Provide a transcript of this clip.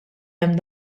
hemm